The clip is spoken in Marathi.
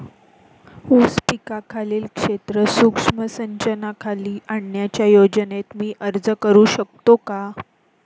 ऊस पिकाखालील क्षेत्र सूक्ष्म सिंचनाखाली आणण्याच्या योजनेसाठी अर्ज करू शकतो का?